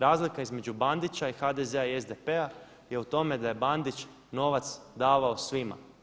Razlika između Bandića i HDZ-a i SDP-a je u tome da je Bandić novac davao svima.